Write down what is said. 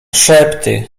szepty